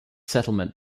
settlement